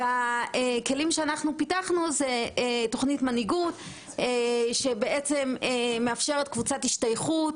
אחד מהכלים שאנחנו פיתחנו היא תוכנית מנהיגות שמאפשרת קבוצת השתייכות